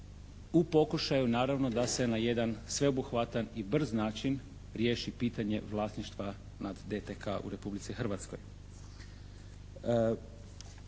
U pokušaju naravno da se na jedan sveobuhvatan i brz način riješi pitanje vlasništva nad DTK u Republici Hrvatskoj.